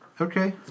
Okay